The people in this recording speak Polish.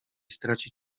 stracić